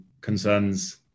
concerns